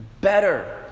Better